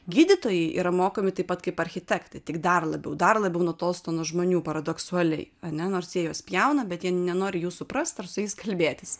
gydytojai yra mokomi taip pat kaip architektai tik dar labiau dar labiau nutolsta nuo žmonių paradoksaliai ane nors jie jos pjauna bet jie nenori jų suprast ar su jais kalbėtis